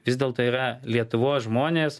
vis dėlto yra lietuvos žmonės